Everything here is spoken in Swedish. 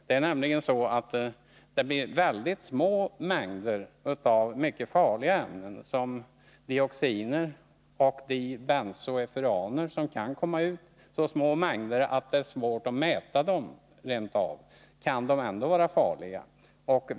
Det är nämligen så att det kan komma ut ytterst små mängder av mycket farliga ämnen som dioxiner och dibenzoefuraner. Trots att det kan röra sig om så små mängder att det rent av kan vara svårt att mäta dem kan de ändå vara farliga.